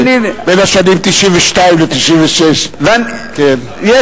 בשנים 1992 1996. כן,